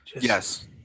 Yes